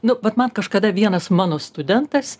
nu vat man kažkada vienas mano studentas